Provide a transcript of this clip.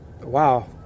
Wow